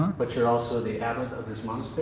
but you're also the abbot of this monastery?